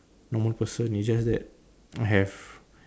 normal person is just that I have